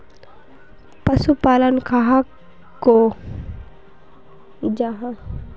पशुपालन कहाक को जाहा?